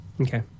Okay